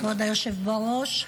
כבוד היושב בראש,